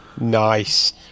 Nice